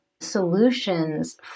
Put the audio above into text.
solutions